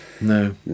No